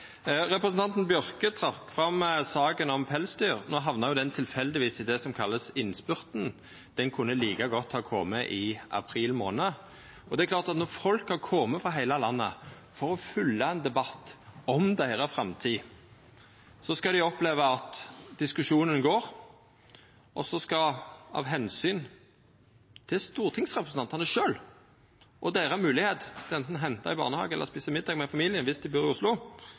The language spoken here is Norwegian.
Representanten Bjørke trakk fram saka om pelsdyr. No hamna den tilfeldigvis i det ein kallar innspurten – den kunne like godt ha kome i april månad. Og det er klart, når folk har kome frå heile landet for å følgja ein debatt om si eiga framtid, skal dei oppleva at diskusjonen går, og så skal omsynet til stortingsrepresentantane sjølve og deira moglegheit til anten å henta i barnehage eller eta middag med familien – om dei